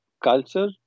Culture